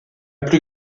plus